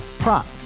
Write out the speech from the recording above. Prop